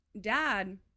Dad